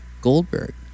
Goldberg